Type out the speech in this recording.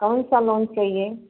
कौन सा लोन चाहिए